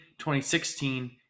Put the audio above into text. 2016